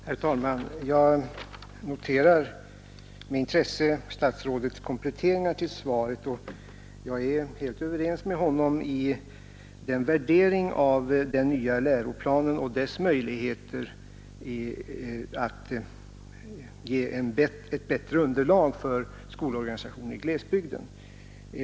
Herr talman! Jag noterar med intresse statsrådets kompletteringar av svaret. Jag är helt överens med honom i hans värdering av den nya läroplanen och dess möjligheter att ge ett bättre underlag för skolorganisationen i glesbygden.